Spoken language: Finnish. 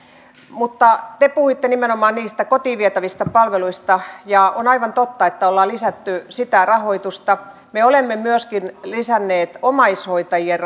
mutta te puhuitte nimenomaan niistä kotiin vietävistä palveluista ja on aivan totta että ollaan lisätty sitä rahoitusta me olemme myöskin lisänneet omaishoitajien